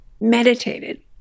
meditated